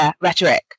rhetoric